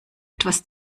etwas